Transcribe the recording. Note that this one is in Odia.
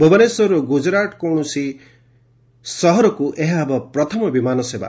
ଭୁବନେଶ୍ୱରରୁ ଗୁଜରାଟର କୌଣସି ସହରକୁ ଏହା ହେବ ପ୍ରଥମ ବିମାନ ସେବା